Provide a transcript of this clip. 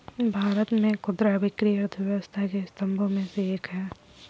भारत में खुदरा बिक्री अर्थव्यवस्था के स्तंभों में से एक है